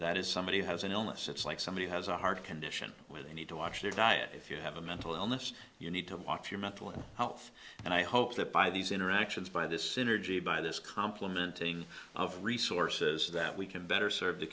that is somebody who has an illness it's like somebody has a heart condition where they need to watch their diet if you have a mental illness you need to watch your mental health and i hope that by these interactions by this synergy by this complementing of resources that we can better serve